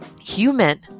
human